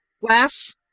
glass